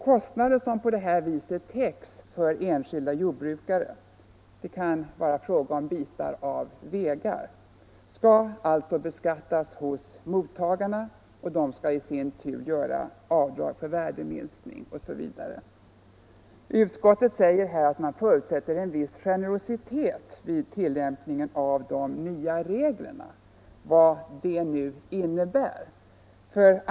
Kostnader som på detta vis täcks för enskilda jordbrukare — det kan vara fråga om bitar av vägar — skall alltså beskattas hos mottagarna, som i sin tur skall få göra avdrag för värdeminskning, osv. Utskottet säger att man förutsätter en viss generositet vid tillämpningen av de nya reglerna —- vad det nu innebär.